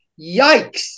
Yikes